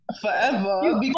Forever